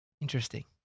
Interesting